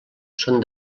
són